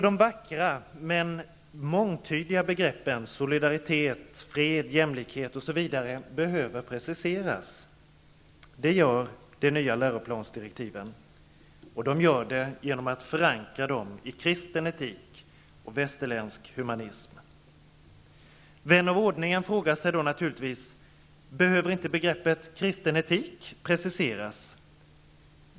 De vackra, men mångtydiga, begreppen solidaritet, fred, jämlikhet osv. behöver preciseras. Det gör de nya läroplandirektiven genom att förankra dem i kristen etik och västerländsk humanism. Vän av ordning frågar sig då naturligtvis: Behöver inte begreppet kristen etik preciseras?